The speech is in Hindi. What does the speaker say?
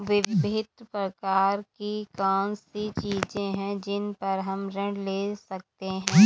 विभिन्न प्रकार की कौन सी चीजें हैं जिन पर हम ऋण ले सकते हैं?